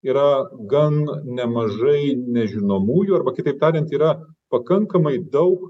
yra gan nemažai nežinomųjų arba kitaip tariant yra pakankamai daug